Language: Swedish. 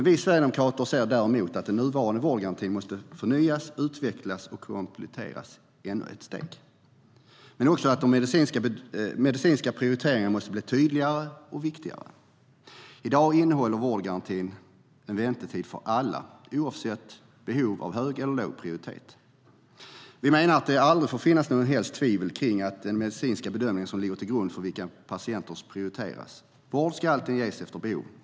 Vi sverigedemokrater anser dock att den nuvarande vårdgarantin måste förnyas, utvecklas och kompletteras ännu ett steg men också att de medicinska prioriteringarna måste bli tydligare och viktigare.I dag innehåller vårdgarantin en väntetid för alla oavsett om behoven har hög eller låg prioritet. Vi menar att det aldrig får finnas något som helst tvivel om att det är den medicinska bedömningen som ligger till grund för vilka patienter som prioriteras. Vård ska alltid ges efter behov.